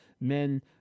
Men